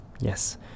yes